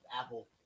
Apple